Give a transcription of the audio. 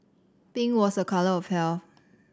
pink was a colour of health